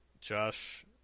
Josh